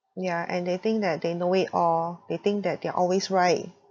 yeah and they think that they know it all they think that they're always right